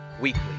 Weekly